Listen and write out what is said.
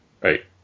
Right